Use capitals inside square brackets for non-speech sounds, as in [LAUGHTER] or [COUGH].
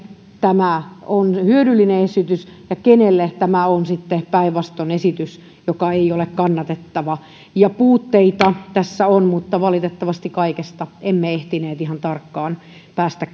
tämä on hyödyllinen esitys ja kenelle tämä on sitten päinvastoin esitys joka ei ole kannatettava puutteita tässä on mutta valitettavasti kaikesta emme ehtineet ihan tarkkaan päästä [UNINTELLIGIBLE]